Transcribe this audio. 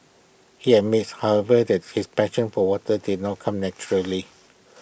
he admits however that his passion for water did not come naturally